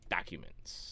Documents